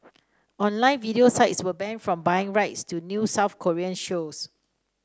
online video sites were banned from buying rights to new South Korean shows